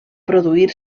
produir